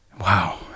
Wow